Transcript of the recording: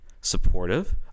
supportive